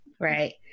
right